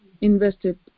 invested